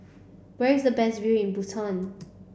where is the best view in Bhutan